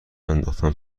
انداختین